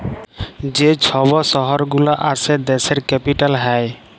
যে ছব শহর গুলা আসে দ্যাশের ক্যাপিটাল হ্যয়